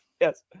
Yes